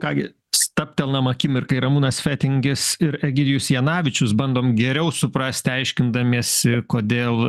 ką gi stabtelnam akimirkai ramūnas fetingis ir egidijus janavičius bandom geriau suprasti aiškindamiesi kodėl